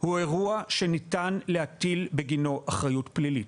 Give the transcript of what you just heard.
הוא אירוע שניתן להטיל בגינו אחריות פלילית.